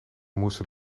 moesten